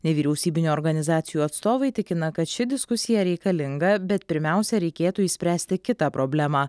nevyriausybinių organizacijų atstovai tikina kad ši diskusija reikalinga bet pirmiausia reikėtų išspręsti kitą problemą